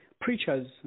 preachers